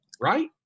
right